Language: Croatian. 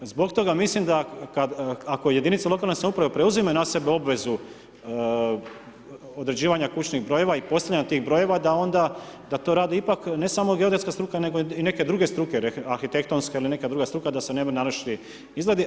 Zbog toga mislim, da kada, ako jedinice lokalne samouprave, preuzimaju na sebe obvezu određivanje kućnih brojeva i postavljanje tih brojeva, da onda, da to radi ipak, ne samo geodetska struka, nego i neke druge struke, arhitektonske ili neke druge struke da se … naruši izgledi.